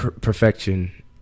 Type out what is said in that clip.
perfection